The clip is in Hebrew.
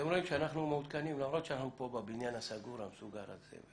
עדיין הייתי מעדיף את הדינמיקה של הדיון כאן